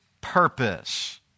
purpose